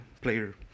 player